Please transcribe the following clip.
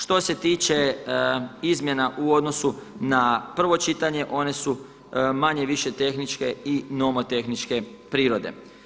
Što se tiče izmjena u odnosu na prvo čitanje one su manje-više tehničke i nomotehničke prirode.